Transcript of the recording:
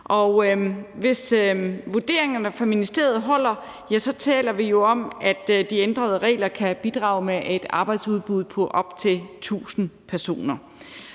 hvis vurderingerne fra ministeriet holder, taler vi jo om, at de ændrede regler kan bidrage med et arbejdsudbud på op til 1.000 personer.